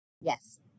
Yes